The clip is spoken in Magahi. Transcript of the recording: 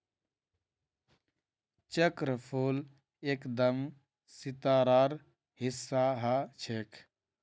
चक्रफूल एकदम सितारार हिस्सा ह छेक